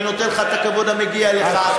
אני נותן לך את הכבוד המגיע לך.